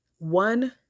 One